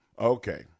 Okay